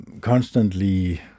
constantly